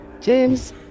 James